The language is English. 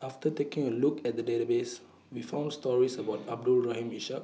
after taking A Look At The Database We found stories about Abdul Rahim Ishak